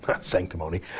sanctimony